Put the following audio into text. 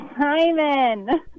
Simon